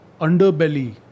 underbelly